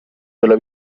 della